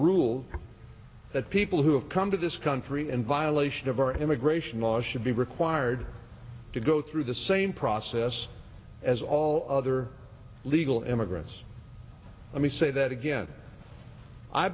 rule that people who have come to this country and violation of our immigration laws should be required to go through the same process as all other legal immigrants let me say that again i